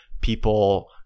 people